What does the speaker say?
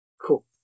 Cool